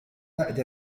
بعد